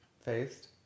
faced